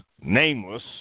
nameless